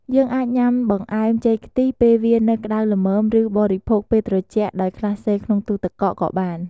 យើងអាចញុំាបង្អែម ចេកខ្ទិះ ពេលវានៅក្តៅល្មម ឬ បរិភោគពេលត្រជាក់ដោយក្លាសេក្នុងទូរទឹកកកក៏បាន។